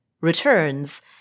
returns